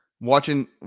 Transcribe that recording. watching